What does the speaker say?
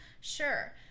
sure